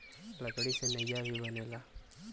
लकड़ी से नईया भी बनेला